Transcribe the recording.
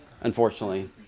unfortunately